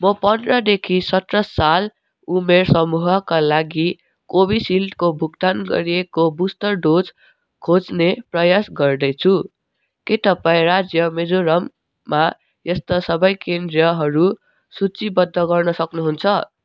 म पन्ध्रदेखि सत्र साल उमेर समूहका लागि कोविसिल्डको भुक्तान गरिएको बुस्टर डोज खोज्ने प्रयास गर्दैछु के तपाईँँ राज्य मिजोरममा यस्ता सबै केन्द्रहरू सूचीबद्ध गर्न सक्नुहुन्छ